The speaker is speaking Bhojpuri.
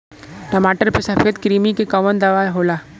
टमाटर पे सफेद क्रीमी के कवन दवा होला?